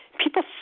People